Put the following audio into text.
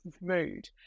mood